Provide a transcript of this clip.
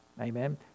Amen